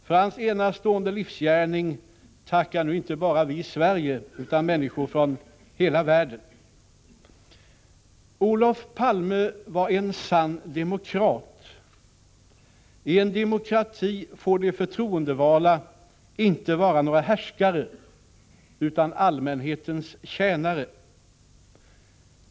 För hans enastående livsgärning tackar nu inte bara vi i Sverige utan människor från hela världen. Olof Palme var en sann demokrat. I en demokrati får de förtroendevalda inte vara några härskare utan allmänhetens tjänare.